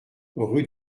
rue